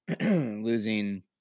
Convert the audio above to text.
losing